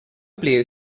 play